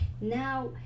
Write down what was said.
now